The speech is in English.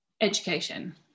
education